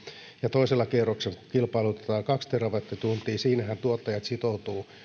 toisella kierroksella kilpailutetaan kaksi terawattituntia niin siinähän tuottajat sitoutuvat